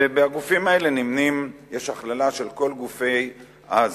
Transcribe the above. בגופים האלה נמנים, יש הכללה של כל גופי ההסברה,